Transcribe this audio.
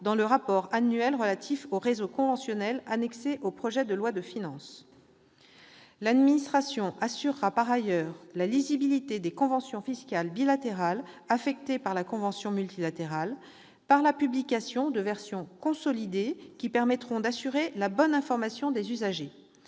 dans le rapport annuel relatif au réseau conventionnel annexé au projet de loi de finances. Par ailleurs, l'administration assurera la lisibilité des conventions fiscales bilatérales affectées par la convention multilatérale la publication de versions consolidées qui permettront d'assurer la bonne information des usagers.